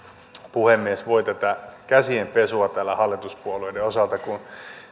puhemies voi tätä käsienpesua täällä hallituspuolueiden osalta kun